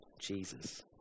Jesus